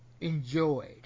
enjoyed